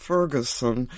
Ferguson